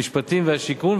המשפטים והשיכון,